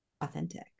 authentic